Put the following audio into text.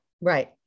right